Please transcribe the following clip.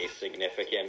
significant